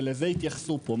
ולזה התייחסו פה,